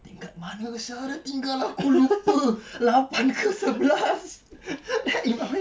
tingkat mana sia dia tinggal aku lupa lapan ke sebelas then in my mind